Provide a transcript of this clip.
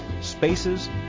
spaces